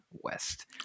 West